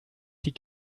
die